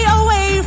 away